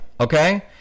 okay